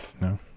No